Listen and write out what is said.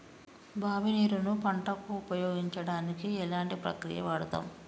బావి నీరు ను పంట కు ఉపయోగించడానికి ఎలాంటి ప్రక్రియ వాడుతం?